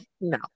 no